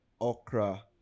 okra